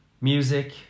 music